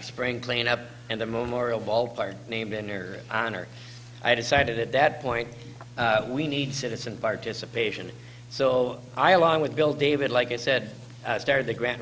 spring clean up and the move morial ball park name in your honor i decided at that point we need citizen participation so i along with bill david like i said started the gran